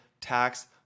tax